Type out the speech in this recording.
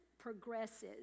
progresses